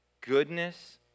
goodness